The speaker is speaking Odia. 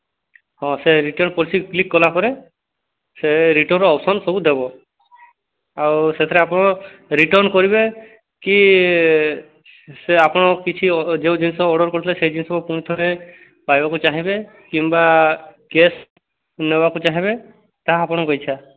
ହଁ ସେଇ ରିଟର୍ନ ପଲିସି କ୍ଲିକ୍ କଲା ପରେ ସେ ରିଟର୍ନ ଅପସନ୍ ସବୁ ଦେବ ଆଉ ସେଥିରେ ଆପଣ ରିଟର୍ନ କରିବେ କି ସେ ଆପଣ କିଛି ଯେଉଁ ଜିନିଷ ଅର୍ଡର୍ କରିଥିଲେ ସେଇ ଜିନିଷକୁ ପୁଣି ଥରେ ପାଇବାକୁ ଚାହିଁବେ କିମ୍ବା କ୍ୟାଶ୍ ନେବାକୁ ଚାହିଁବେ ତାହା ଆପଣଙ୍କ ଇଚ୍ଛା